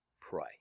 pray